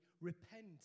repent